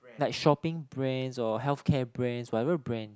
like shopping brands or healthcare brands whatever brand